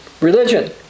religion